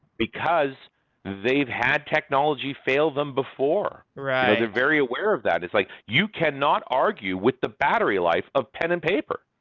because they've had technology failed them before. they're very aware of that. it's like, you cannot argue with the battery life of pen and paper,